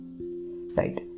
right